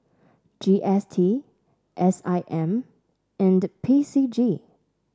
G S T S I M and P C G